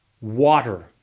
water